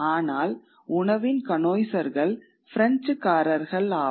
ஆனால் உணவின் கான்னைசர்ஸ் பிரெஞ்சுக்காரர்கள் ஆவர்